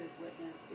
witness